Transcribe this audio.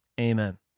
amen